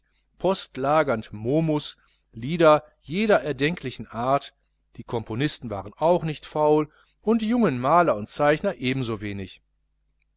postlagernd momus lieder jeder erdenklichen art die componisten waren auch nicht faul und die jungen maler und zeichner